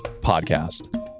podcast